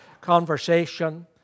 conversation